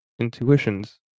intuitions